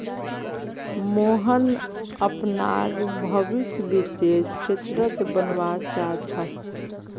मोहन अपनार भवीस वित्तीय क्षेत्रत बनवा चाह छ